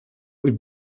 would